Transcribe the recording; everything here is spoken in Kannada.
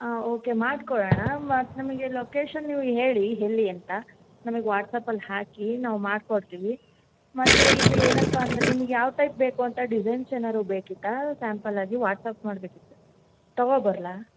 ಹಾಂ ಓಕೆ ಮಾಡ್ಕೊಡೋಣ ಮತ್ತು ನಮಗೆ ಲೊಕೇಶನ್ ನೀವು ಹೇಳಿ ಎಲ್ಲಿ ಅಂತ ನಮಗೆ ವಾಟ್ಸ್ಆ್ಯಪಲ್ಲಿ ಹಾಕಿ ನಾವು ಮಾಡ್ಕೊಡ್ತೀವಿ ಮತ್ತು ಇದು ಏನಪ್ಪ ಅಂದರೆ ನಿಮ್ಗ ಯಾವ ಟೈಪ್ ಬೇಕು ಅಂತ ಡಿಸೈನ್ಸ್ ಏನಾದರು ಬೇಕಿತ್ತಾ ಸ್ಯಾಂಪಲ್ ಆಗಿ ವಾಟ್ಸ್ಆ್ಯಪ್ ಮಾಡಬೇಕಿತ್ತಾ ತಗೊಂಡು ಬರ್ಲಾ